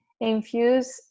infuse